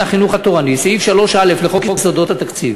החינוך התורני" סעיף 3(א) לחוק יסודות התקציב,